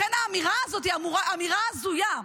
לכן האמירה הזאת היא אמירה הזויה,